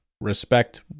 respect